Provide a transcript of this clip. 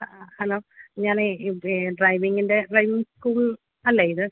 hello ഞാനേ ഈ ഡ്ര ഡ്രൈവിങ്ങിൻ്റെ ഡ്രൈവിങ്ങ് സ്കൂൾ അല്ലേ ഇത്